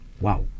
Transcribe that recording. Wow